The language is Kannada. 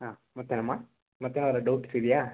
ಹಾಂ ಮತ್ತೇನಮ್ಮ ಮತ್ತೇನಾದರೂ ಡೌಟ್ಸ್ ಇದೆಯಾ